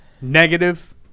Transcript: negative